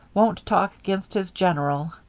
won't talk against his general.